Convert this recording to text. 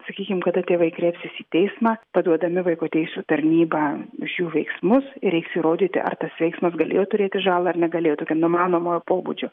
sakykim kada tėvai kreipsis į teismą paduodami vaiko teisių tarnybą už jų veiksmus ir reiks įrodyti ar tas veiksmas galėjo turėti žalą ar negalėjo tokia numanomo pobūdžio